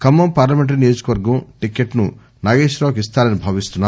Khammam parliamentary నియోజకవర్గం టికెట్ను నాగేశ్వరరావుకు ఇస్తారని భావిస్తున్నారు